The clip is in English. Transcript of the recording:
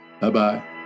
Bye-bye